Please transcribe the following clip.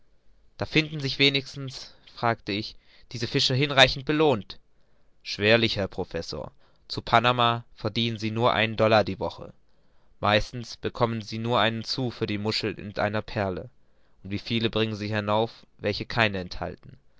da finden sich wenigstens fragte ich diese fischer hinreichend belohnt schwerlich herr professor zu panama verdienen sie nur einen dollar die woche meistens bekommen sie nur einen sou für die muschel mit einer perle und wie viele bringen sie herauf welche keine enthalten